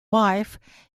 wife